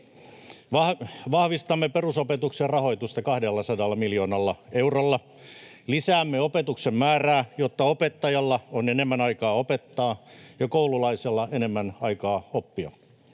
Vahvistamme perusopetuksen rahoitusta 200 miljoonalla eurolla. Lisäämme opetuksen määrää, jotta opettajalla on enemmän aikaa opettaa ja koululaisella enemmän aikaa oppia.